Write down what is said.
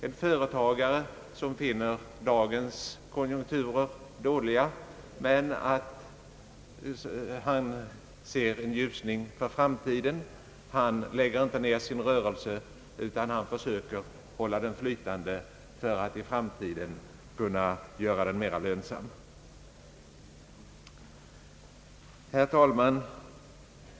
En företagare som finner dagens konjunkturer dåliga men ser en ljusning för framtiden lägger inte ner sin rörelse, utan han försöker hålla den flytande för att i framtiden kunna göra den mera lönsam. Herr talman!